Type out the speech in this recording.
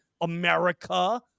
America